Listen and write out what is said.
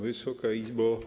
Wysoka Izbo!